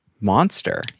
monster